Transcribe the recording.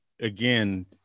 again